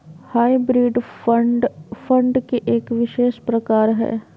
hybrid fund, fund के एक विशेष प्रकार हय